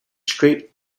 straight